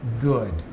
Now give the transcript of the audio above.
good